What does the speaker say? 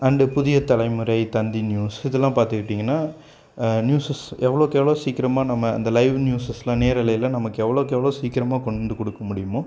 and Puthiya Thalaimurai Thanthi news இதெல்லாம் பார்த்துக்கிட்டிங்கன்னா newses எவ்வளோக்கு எவ்வளோ சீக்கிரமாக நம்ம அந்த லைவ் நியூஸஸில் நேரலையில் நமக்கு எவ்வளோக்கு எவ்வளோ சீக்கிரமாக கொண்டு வந்து கொடுக்க முடியுமோ